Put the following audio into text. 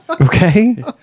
Okay